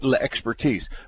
expertise